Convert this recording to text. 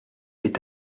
est